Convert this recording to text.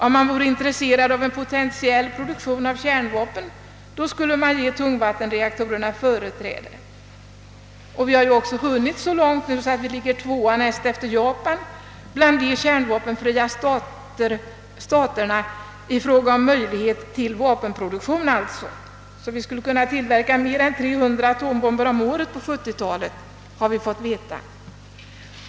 Om man vore intresserad för en potentiell produktion av kärnvapen, då skulle man ge tungvattenreaktorerna företräde. Vi har ju också hunnit så långt nu att vi ligger tvåa, näst efter Japan, bland de kärnvapenfria staterna i fråga om möjligheten till vapenproduktion — vi skulle kunna tillverka mer än 300 atombomber om året på 70-talet, har vi fått veta.